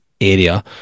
area